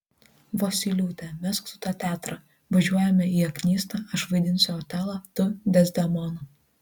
vosyliūte mesk tu tą teatrą važiuojame į aknystą aš vaidinsiu otelą tu dezdemoną